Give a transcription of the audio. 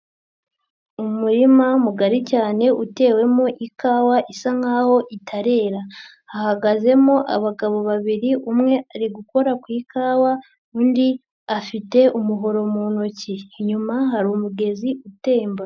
Umurima mugari cyane utewemo ikawa isa nk'aho itarera, hahagazemo abagabo babiri umwe ari gukora ku ikawa undi afite umuhoro mu ntoki, inyuma hari umugezi utemba.